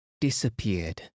disappeared